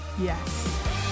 yes